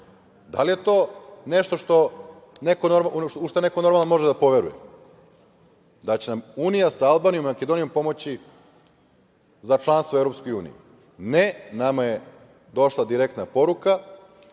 li je to nešto u šta neko normalan može da poveruje, da će nam unija sa Albanijom i Makedonijom pomoći za članstvo EU? Ne, nama je došla direktna poruka